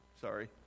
Sorry